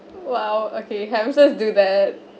!wow! okay hamsters do bad